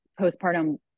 postpartum